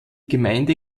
gemeinde